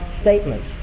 statements